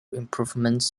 improvements